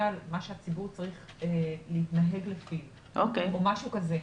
על מה שהציבור צריך להתנהג לפיו או משהו כזה.